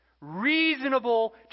Reasonable